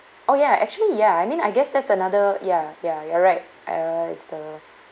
oh ya actually ya I mean I guess that's another ya ya you're right uh is the